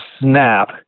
snap